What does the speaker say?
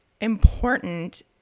important